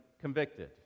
convicted